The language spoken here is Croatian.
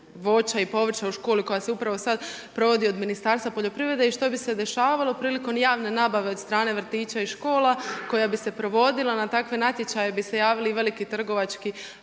voća i povrća u školi koja se upravo sad provodi od Ministarstva poljoprivred i što bi se dešavalo? Prilikom javne nabave od strane vrtića i škola, koja bi se provodila, na takve natječaje bi se javili veliki trgovački